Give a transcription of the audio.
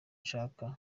ushaka